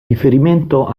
riferimento